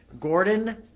Gordon